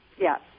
Yes